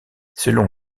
selon